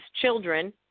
children